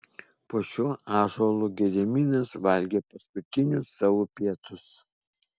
po šiuo ąžuolu gediminas valgė paskutinius savo pietus